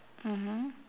mmhmm